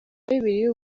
bibiliya